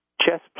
chess